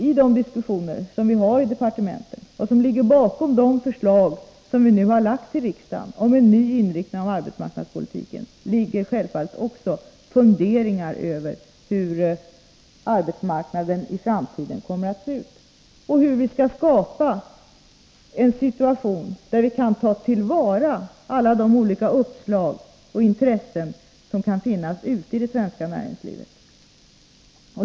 I de diskussioner som förs inom departementet och som ligger bakom de förslag som vi nu har lagt fram inför riksdagen om en ny inriktning av arbetsmarknadspolitiken ligger självfallet också funderingar över hur arbetsmarknaden i framtiden kommer att se ut och hur vi skall skapa en situation där vi kan ta till vara alla de olika uppslag och intressen som kan finnas ute i det svenska näringslivet.